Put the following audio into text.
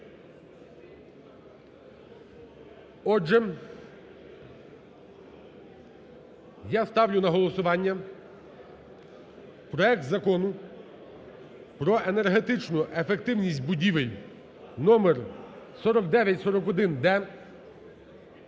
Отже, я ставлю на голосування проект Закону про енергетичну ефективність будівель, номер 4941-д